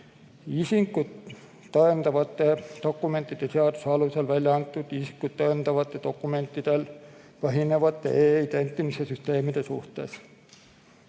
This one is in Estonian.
isikut tõendavate dokumentide seaduse alusel väljaantud isikut tõendavatel dokumentidel põhinevate e‑identimise süsteemide suhtes.